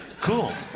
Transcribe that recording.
Cool